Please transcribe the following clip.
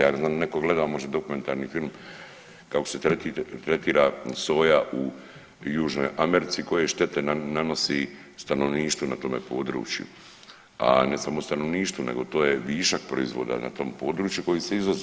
Ja ne znam jel li neko gleda možda dokumentarni film kako se tretira soja u Južnoj Americi koje štete nanosi stanovništvu na tome području, a ne samo stanovništvu nego to je višak proizvoda na tom području koji se izvozi.